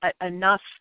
enough